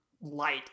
light